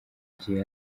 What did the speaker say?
gihe